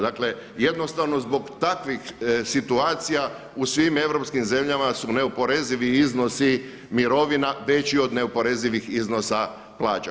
Dakle, jednostavno zbog takvih situacija u svim europskim zemljama su neoporezivi iznosi mirovina veći od neoporezivih iznosa plaća.